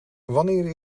wanneer